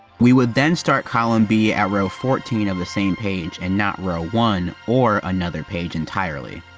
we would then start column b at row fourteen on the same page and not row one or another page entirely.